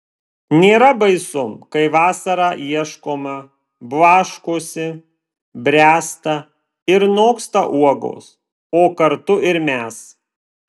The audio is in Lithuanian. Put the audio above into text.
nėra baisu kai vasarą ieškoma blaškosi bręsta ir noksta uogos o kartu ir mes